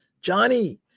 Johnny